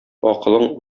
акылың